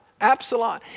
Absalom